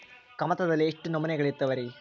ಕಮತದಲ್ಲಿ ಎಷ್ಟು ನಮೂನೆಗಳಿವೆ ರಿ?